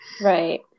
Right